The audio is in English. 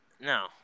no